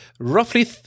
Roughly